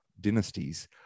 dynasties